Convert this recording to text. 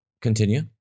Continue